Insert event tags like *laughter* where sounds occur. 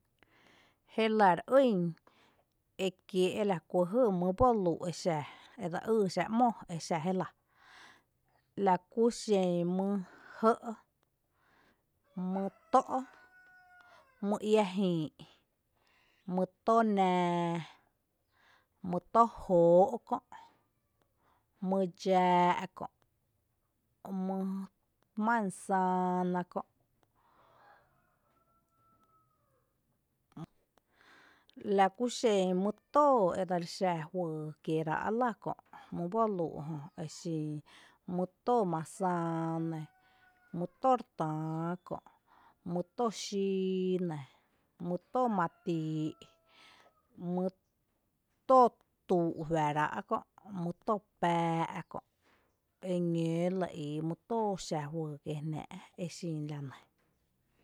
Jélⱥ re ýn ekiee’ lakú jý mýyý boluu’ exa edse ýy xⱥⱥ’ ‘mó exa jelⱥ lakúxen mý jɇ’, mý tó’, *noise* mý iä jïï’, mý tó nⱥⱥ, mý tó jóoó’ kö’, mý dxⱥⱥ’ kö’, mý manzáana kö’, *noise* *hesitation* lakú xen mý tóo edseli xa juyy kieerá’ lⱥ’ kö’ mý boluu’ jö exi mý tóo mazää *noise* nɇ, mý tóo re täá kö’, mý tóo xíi nɇ, mý tóo *noise* matii’, mý tóo tuu’ juⱥⱥ’ ráa’ kö’. Mý tóo pⱥⱥ’ Kö’ eñǿǿ lɇ ii mý tóo xa juyy kiée jná’ exin la nɇ.